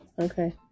Okay